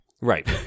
Right